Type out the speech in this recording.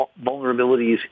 vulnerabilities